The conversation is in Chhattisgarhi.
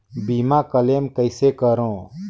बीमा क्लेम कइसे करों?